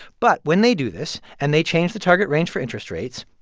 but when they do this and they change the target range for interest rates,